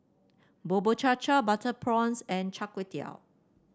Bubur Cha Cha Butter Prawns and Char Kway Teow